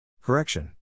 Correction